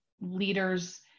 leaders